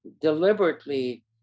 deliberately